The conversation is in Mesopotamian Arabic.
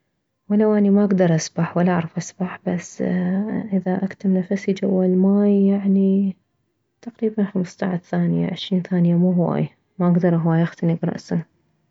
ولو اني ما اكدر اسبح ولا اعرف اسبح بس اذا اكتم نفسي جوه الماي يعني تقريبا خمسطعش ثانية عشرين ثانية مو هواي ما اكدر هواي اختنك رأسا